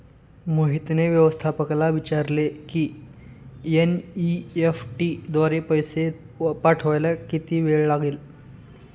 मोहितने व्यवस्थापकाला विचारले की एन.ई.एफ.टी द्वारे पैसे पाठवायला किती वेळ लागेल